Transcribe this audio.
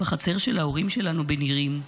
בחצר של ההורים שלנו בנירים,